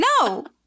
No